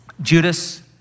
Judas